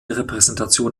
repräsentation